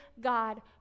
God